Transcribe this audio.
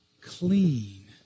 clean